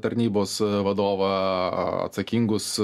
tarnybos vadovą atsakingus